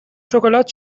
شکلات